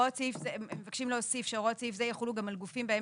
הם מבקשים להוסיף שהוראות סעיף זה יחולו גם על גופים בהם